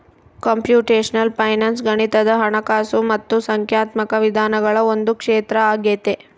computational finance ಗಣಿತದ ಹಣಕಾಸು ಮತ್ತು ಸಂಖ್ಯಾತ್ಮಕ ವಿಧಾನಗಳ ಒಂದು ಕ್ಷೇತ್ರ ಆಗೈತೆ